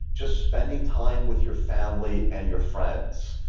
just spending time with your family and your friends.